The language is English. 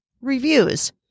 reviews